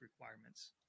requirements